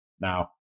Now